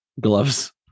gloves